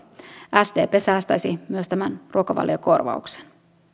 sdp säästäisi myös tämän ruokavaliokorvauksen